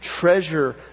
treasure